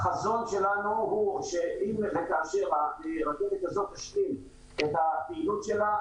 החזון שלנו הוא שאם וכאשר הרכבת הזאת תשלים את הפעילות שלה,